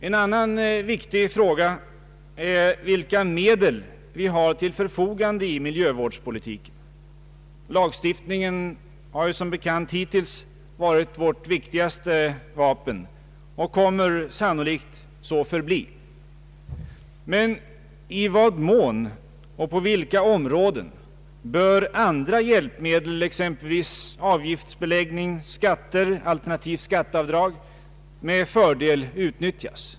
En annan viktig fråga är vilka medel vi har till förfogande i miljövårdspolitiken. Lagstiftningen har som bekant hittills varit vårt viktigaste vapen och kommer sannolikt att så förbli. Men i vad mån och på vilka områden bör andra hjälpmedel — exempelvis avgiftsbeläggning, skatter, alternativt skatteavdrag — med fördel utnyttjas?